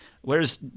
whereas